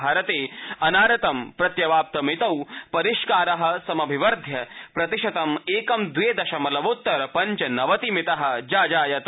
भारते अनारतं प्रत्यावाप्तमितौ परिष्कार समभिवध्य प्रतिशतं द्वे एकं दशमलवोन्तर पञ्चनवतिमत जाजायत